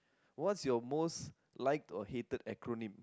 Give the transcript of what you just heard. what's your most liked or hated acronym